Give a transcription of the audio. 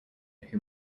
who